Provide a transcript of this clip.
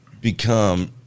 become